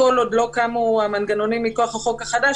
כל עוד לא קמו המנגנונים מכוח החוק החדש,